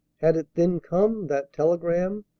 had it then come, that telegram,